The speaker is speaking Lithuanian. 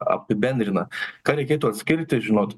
apibendrina ką reikėtų atskirti žinot